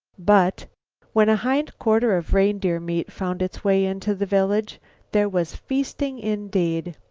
but when a hind quarter of reindeer meat found its way into the village there was feasting indeed.